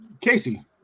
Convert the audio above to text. Casey